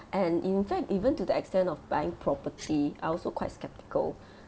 and in fact even to the extent of buying property I also quite skeptical